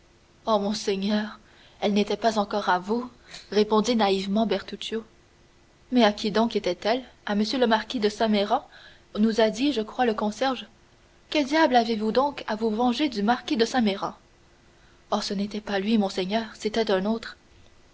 oh monseigneur elle n'était pas encore à vous répondit naïvement bertuccio mais à qui donc était-elle à m le marquis de saint méran nous a dit je crois le concierge que diable aviez-vous donc à vous venger du marquis de saint méran oh ce n'était pas de lui monseigneur c'était d'un autre